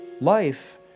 Life